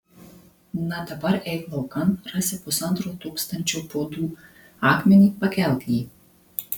na dabar eik laukan rasi pusantro tūkstančio pūdų akmenį pakelk jį